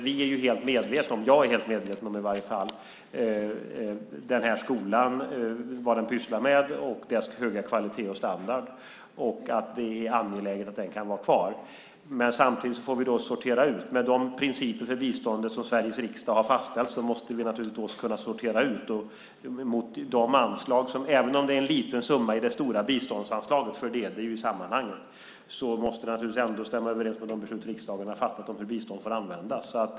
Vi är helt medvetna om - jag är helt medveten om det i varje fall - den här skolan, vad den pysslar med, dess höga kvalitet och standard samt att det är angeläget att den kan vara kvar. Men samtidigt får vi sortera. Med de principer för biståndet som Sveriges riksdag har fastställt måste vi naturligtvis kunna sortera ut något. Även om detta är en liten summa i det stora biståndsanslaget - det är det ju i sammanhanget - måste det ändå stämma överens med de beslut riksdagen har fattat om hur bistånd får användas.